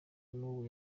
nubu